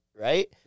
Right